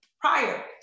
prior